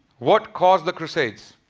what caused the crusades?